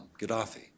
Gaddafi